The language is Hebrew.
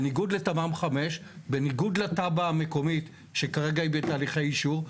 בניגוד לתמ"מ 5. בניגוד לתב"ע המקומית שכרגע היא בתהליכי אישור.